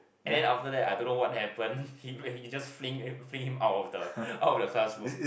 and then after that I don't know what happen he he just fling fling him out of the out of the classroom